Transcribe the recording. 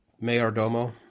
Mayordomo